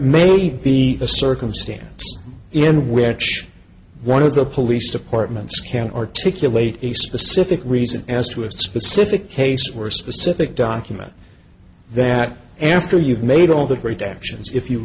may be a circumstance in which one of the police departments can articulate a specific reason as to a specific case were specific document that after you've made all the great actions if you